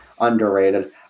underrated